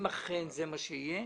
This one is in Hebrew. אם אכן זה מה שיהיה,